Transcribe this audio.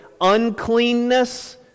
uncleanness